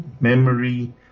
memory